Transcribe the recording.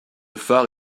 phare